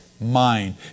mind